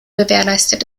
gewährleistet